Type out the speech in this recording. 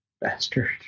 bastard